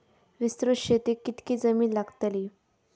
विस्तृत शेतीक कितकी जमीन लागतली?